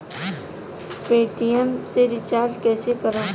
Paytm से recharge कईसे करम?